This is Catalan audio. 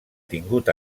tingut